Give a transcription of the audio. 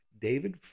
David